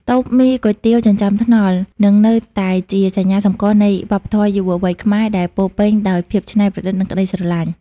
តូបមីគុយទាវចិញ្ចើមថ្នល់ នឹងនៅតែជាសញ្ញាសម្គាល់នៃវប្បធម៌យុវវ័យខ្មែរដែលពោរពេញដោយភាពច្នៃប្រឌិត និងក្តីស្រឡាញ់។